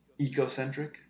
ecocentric